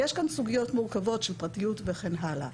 יש כאן סוגיות מורכבות של פרטיות וכן הלאה.